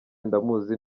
ndamuzi